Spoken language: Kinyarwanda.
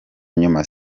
nyuma